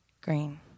Green